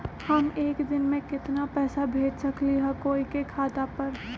हम एक दिन में केतना पैसा भेज सकली ह कोई के खाता पर?